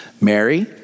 Mary